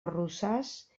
arrossars